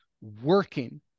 working